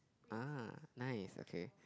!ah! nice okay